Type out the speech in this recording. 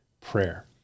prayer